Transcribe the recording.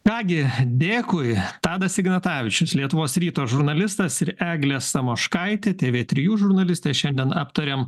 ką gi dėkui tadas ignatavičius lietuvos ryto žurnalistas ir eglė samoškaitė tv trijų žurnalistė šiandien aptarėm